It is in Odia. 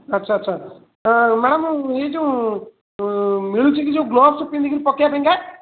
ଆଚ୍ଛା ଆଚ୍ଛା ଏ ମ୍ୟାଡ଼ାମ୍ ୟେ ଯେଉଁ ମିଳୁଛି କି ଯେଉଁ ଗ୍ଲୋଭଶ୍ ପିନ୍ଧିକି ପକେଇବା ପାଇଁକା